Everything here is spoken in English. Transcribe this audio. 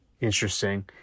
Interesting